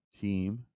team